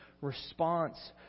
response